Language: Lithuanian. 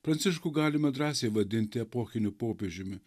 pranciškų galime drąsiai vadinti epochiniu popiežiumi